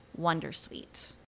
wondersuite